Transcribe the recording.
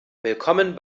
willkommen